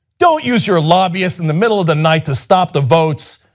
don't use your lobbyists in the middle of the night to stop the votes.